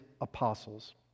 apostles